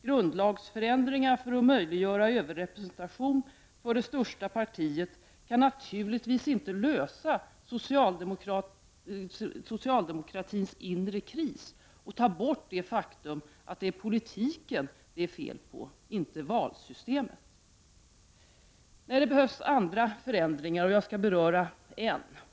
Grundlagsändringar för att möjliggöra överrepresentation för det största partiet kan naturligtvis inte lösa socialdemokratins inre kris och ta bort det faktum att det är politiken det är fel på och inte valsystemet. Nej, det behövs andra förändringar. Jag skall beröra en förändring som behövs.